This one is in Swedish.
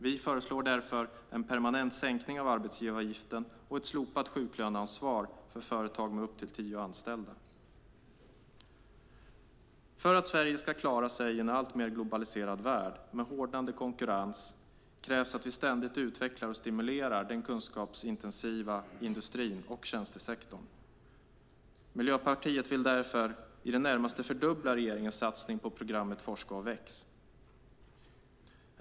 Vi föreslår därför en permanent sänkning av arbetsgivaravgiften och ett slopat sjuklöneansvar för företag med upp till tio anställda. För att Sverige ska klara sig i en alltmer globaliserad värld med hårdnande konkurrens krävs att vi ständigt utvecklar och stimulerar den kunskapsintensiva industrin och tjänstesektorn. Vi vill därför i det närmaste fördubbla regeringens satsning på programmet Forska och väx.